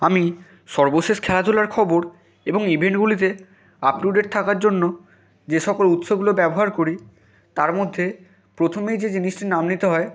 আমি সর্বশেষ খেলাধূলার খবর এবং ইভেন্টগুলিতে আপ টু ডেট থাকার জন্য যে সকল উৎসগুলো ব্যবহার করি তার মধ্যে প্রথমেই যে জিনিসটির নাম নিতে হয়